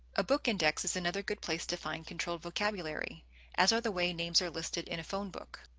a book index is another good place to find controlled vocabulary as are the way names are listed in a phonebook.